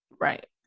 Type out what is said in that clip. right